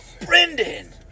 Brendan